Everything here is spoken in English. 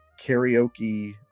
karaoke